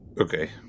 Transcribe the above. Okay